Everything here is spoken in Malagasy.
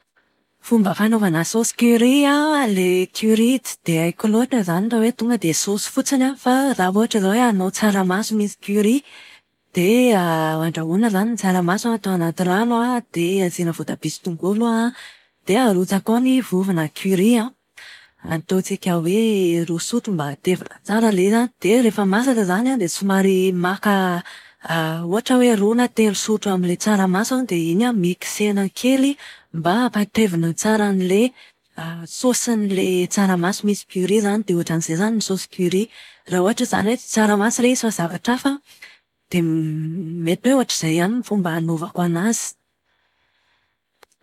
Fomba fanaovana sosy kary an, ilay kary tsy dia haiko loatra izany raha tonga dia hoe sosy fotsiny an. Fa raha ohatra izao hoe hanao tsaramaso misy kary dia andrahoana izany ny tsaramaso an, atao anaty rano an, dia asiana voatabia sy tongolo an dia arotsaka ao ny vovona kary an. Ataontsika hoe roa sotra mba hatevina tsara ilay izy any. Dia rehefa masaka izany an dia somary maka ohatra hoe roa na telo sotrao amin'ilay tsaramaso dia iny an, miksena kely mba hampatevina tsara an'ilay sosin'ilay tsaramaso misy kary izany. Dia ohatran'izay izany ny sosy kary. Raha ohatra izany hoe tsy tsaramaso ilay izy fa zavatra hafa, dia mety hoe ohatr'izay ihany ny fomba hanaovako anazy.